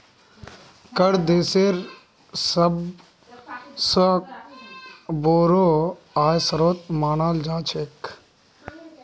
कर देशेर सबस बोरो आय स्रोत मानाल जा छेक